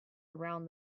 around